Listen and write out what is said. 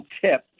tip